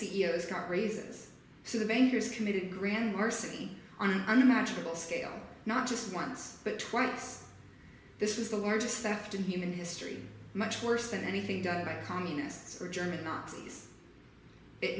years got raises so the bankers committed grand larceny on unimaginable scale not just once but twice this is the largest soft in human history much worse than anything done by communists or german nazis it